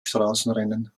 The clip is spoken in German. straßenrennen